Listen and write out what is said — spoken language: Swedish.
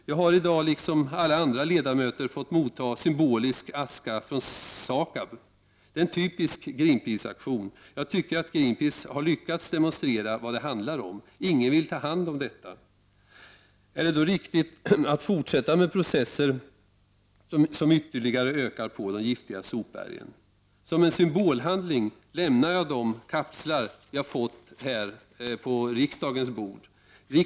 Jag liksom alla andra ledamöter har i dag fått motta symbolisk aska från SAKAB. Det är en typisk Greenpeaceaktion. Jag tycker att Greenpeace har lyckats demonstrera vad det handlar om. Ingen vill ta hand om det här. Är det då riktigt att fortsätta med processer som ytterligare ökar på de giftiga sopbergen? Som en symbolhandling lämnar jag de kapslar som jag har fått här på riksdagens bord.